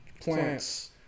plants